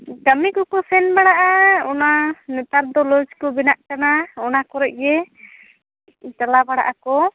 ᱠᱟᱹᱢᱤ ᱠᱚ ᱠᱚ ᱥᱮᱱ ᱵᱟᱲᱟᱜᱼᱟ ᱚᱱᱟ ᱱᱮᱛᱟᱨ ᱫᱚ ᱞᱚᱡ ᱠᱚ ᱵᱮᱱᱟᱜ ᱠᱟᱱᱟ ᱚᱱᱟ ᱠᱚᱨᱮᱫ ᱜᱮ ᱪᱟᱞᱟᱣ ᱵᱟᱲᱲᱟᱜ ᱟᱠᱚ